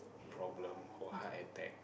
problem or heart attack